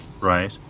right